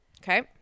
Okay